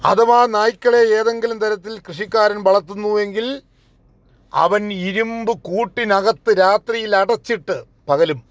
അഥവാ നായ്ക്കളെ ഏതെങ്കിലും തരത്തിൽ കൃഷിക്കാരൻ വളർത്തുന്നു എങ്കിൽ അവൻ ഇരുമ്പ് കൂട്ടിനകത്ത് രാത്രിയിൽ അടച്ചിട്ട് പകലും